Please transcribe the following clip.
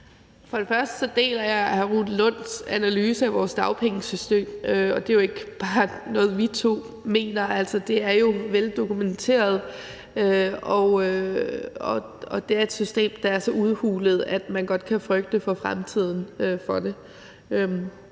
sige, at jeg deler hr. Rune Lunds analyse af vores dagpengesystem, og det er jo ikke bare noget, vi to mener. Det er jo veldokumenteret, og det er et system, der er så udhulet, at man godt kan frygte for fremtiden for det.